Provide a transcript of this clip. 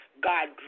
God